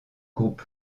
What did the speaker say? group